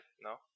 no